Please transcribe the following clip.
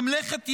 ממלכת ירדן,